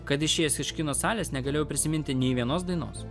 kad išėjęs iš kino salės negalėjau prisiminti nei vienos dainos